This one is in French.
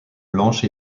blanches